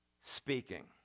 Speaking